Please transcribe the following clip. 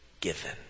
given